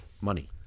money